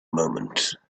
moment